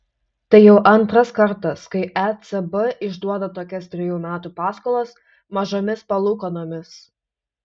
tai jau antras kartas kai ecb išduoda tokias trejų metų paskolas mažomis palūkanomis